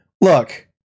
look